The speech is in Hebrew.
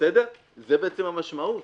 זו המשמעות.